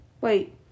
wait